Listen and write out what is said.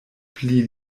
pli